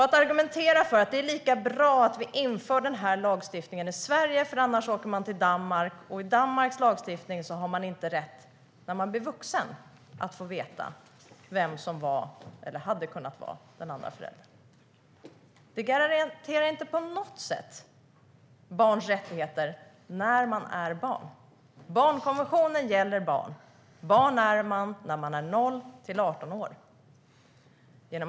Att argumentera för att det är lika bra att vi inför lagstiftningen i Sverige eftersom kvinnan annars kan åka till Danmark - och enligt Danmarks lagstiftning har man inte rätt när man blir vuxen att få veta vem som var eller hade kunnat vara den andra föräldern - garanterar inte på något sätt barns rättigheter när man är barn. Barnkonventionen gäller barn. Och barn är man när man är 0-18 år.